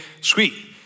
sweet